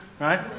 Right